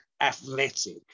athletic